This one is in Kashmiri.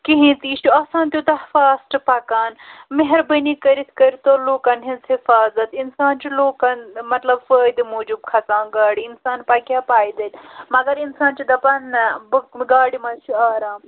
کِہیٖنۍ تہِ یہِ چھُ آسان تیوٗتاہ فاسٹ پَکان مہربٲنی کٔرِتھ کٔرتو لوٗکَن ہِنٛز حِفاظت اِنسان چھُ لوٗکَن مطلب فٲیدٕ موٗجوٗب کھَسان گاڑِ اِنسان پَکہِ ہا پایدَلۍ مگر اِنسان چھُ دَپان نہ بہٕ گاڑِ منٛز چھِ آرام